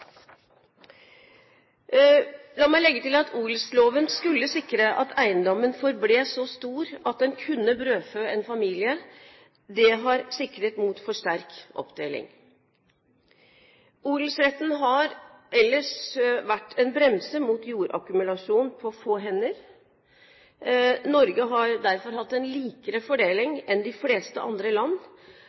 La meg legge til at odelsloven skulle sikre at eiendommen forble så stor at den kunne brødfø en familie. Det har sikret mot for sterk oppdeling. Odelsretten har ellers vært en bremse mot jordakkumulasjon på få hender. Norge har derfor hatt en likere fordeling enn de fleste andre land,